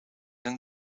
een